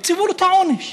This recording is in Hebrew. קצבו לו את העונש,